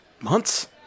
months